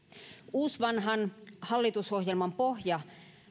uusvanhan hallitusohjelman pohja